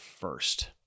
first